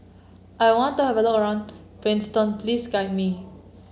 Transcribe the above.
I want to have a look around Kingston please guide me